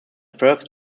first